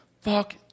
Fuck